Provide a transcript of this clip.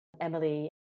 Emily